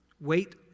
Wait